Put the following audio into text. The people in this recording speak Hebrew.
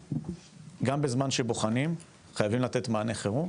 גם בזמן שבוחנים חייבים לתת מענה חירום